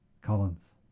Collins